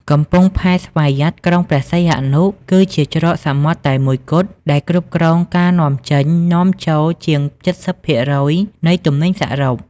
កំពង់ផែស្វយ័តក្រុងព្រះសីហនុ គឺជាច្រកសមុទ្រតែមួយគត់ដែលគ្រប់គ្រងការនាំចេញ-នាំចូលជាង ៧០% នៃទំនិញសរុប។